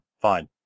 fine